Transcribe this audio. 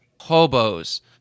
hobos